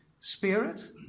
spirit